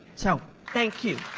so thank you.